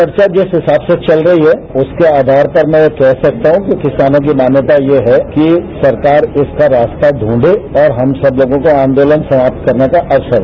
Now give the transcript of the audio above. चर्चा जिस हिसाब से चल रही है उसके आधार पर मैं ये कह सकता हूं कि किसानों की मान्यता ये है कि सरकार इसका रास्ता दूंढे और हम सब लोगों को आंदोलन समाप्त करने का अवसर दे